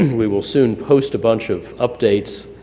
and we will soon post a bunch of updates,